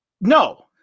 no